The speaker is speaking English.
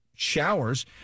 showers